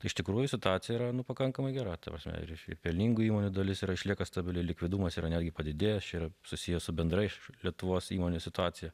iš tikrųjų situacija yra nu pakankamai gera ta prasme ir pelningų įmonių dalis yra išlieka stabili likvidumas yra netgi padidėjęs čia yra susiję su bendra lietuvos įmonių situacija